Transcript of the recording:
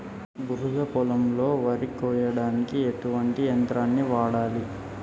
బురద పొలంలో వరి కొయ్యడానికి ఎటువంటి యంత్రాన్ని వాడాలి?